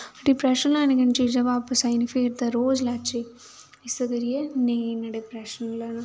depression लैने कन्नै चीज़ां बापस आई जान फिर ते रोज़ लैचे इस्सै करियै नेईं इन्ना डिप्रैशन लैना